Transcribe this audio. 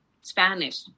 Spanish